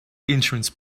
insurance